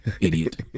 Idiot